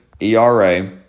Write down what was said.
ERA